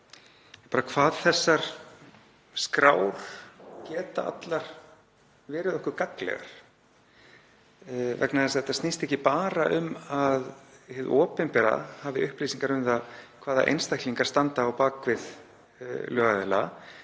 því hvað þessar skrár geta allar verið okkur gagnlegar vegna þess að þetta snýst ekki bara um að hið opinbera hafi upplýsingar um það hvaða einstaklingar standa á bak við lögaðila